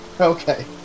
Okay